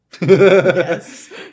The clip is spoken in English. Yes